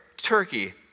turkey